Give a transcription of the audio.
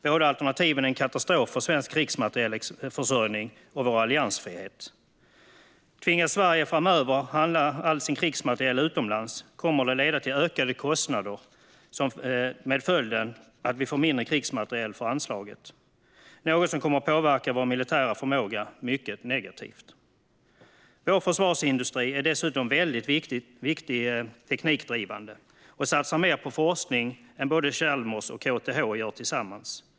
Båda alternativen vore en katastrof för svensk krigsmaterielförsörjning och vår alliansfrihet. Tvingas Sverige framöver handla all sin krigsmateriel utomlands kommer det att leda till ökade kostnader, med följden att vi får mindre krigsmateriel för anslaget - något som kommer att påverka vår militära förmåga mycket negativt. Vår försvarsindustri är dessutom väldigt teknikdrivande och satsar mer på forskning än vad Chalmers och KTH gör tillsammans.